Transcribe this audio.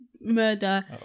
murder